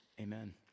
amen